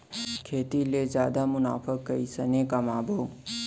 खेती ले जादा मुनाफा कइसने कमाबो?